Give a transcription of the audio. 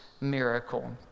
miracle